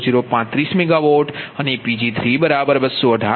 0035 MW અને Pg3 218